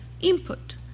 input